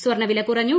സ്വർണ്ണവില കുറഞ്ഞു